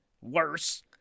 worse